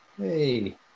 Hey